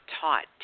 taught